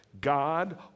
God